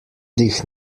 dich